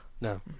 No